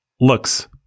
looks